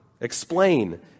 explain